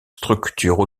structures